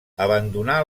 abandonà